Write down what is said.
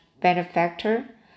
Benefactor